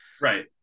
Right